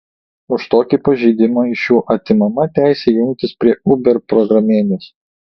už tokį pažeidimą iš jų atimama teisė jungtis prie uber programėlės